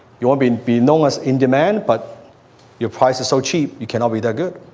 you wanna be and be known as in demand, but your price is so cheap, you cannot be that good.